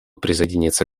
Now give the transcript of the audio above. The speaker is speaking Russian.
присоединиться